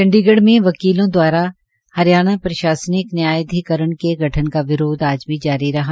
चंडीगढ़ में वकीलों द्वारा हरियाणा प्रशासनिक न्यायाधिकरण के गठन का विरोध आज भी जारी रहा